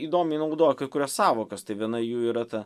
įdomiai naudoja kai kurias sąvokas tai viena jų yra ta